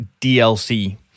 DLC